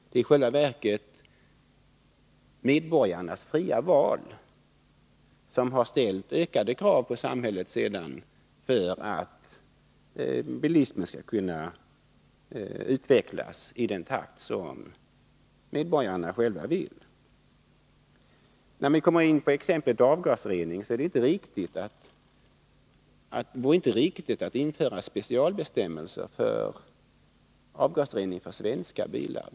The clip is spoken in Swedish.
Det är i själva verket en följd av medborgarnas fria val, som sedan har ställt ökade krav på samhället för att bilismen skall kunna utvecklas i den takt som medborgarna själva vill. När vi kommer in på exemplet avgasrening vill jag säga att det inte är riktigt att införa specialbestämmelser för avgasrening på svenska bilar.